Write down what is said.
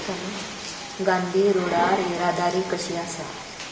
चालू गांधी रोडार येरादारी कशी आसा